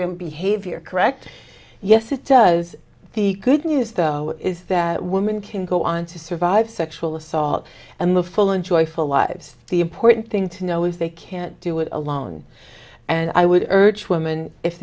behavior correct yes it does the good news though is that women can go on to survive sexual assault and the full and joyful lives the important thing to know if they can't do it alone and i would urge women if